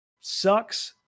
Sucks